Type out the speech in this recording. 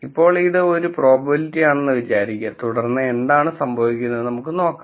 ഇപ്പോൾ ഇത് ഒരു പ്രോബബിലിറ്റി ആണെന്ന് വിചാരിക്കുക തുടർന്ന് എന്താണ് സംഭവിക്കുന്നതെന്ന് നമുക്ക് നോക്കാം